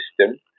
system